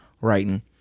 writing